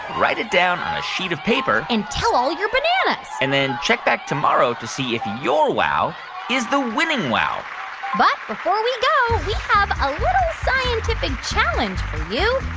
write it down on a sheet of paper and tell all your bananas and then check back tomorrow to see if your wow is the winning wow but before we go, we have a little scientific challenge for you.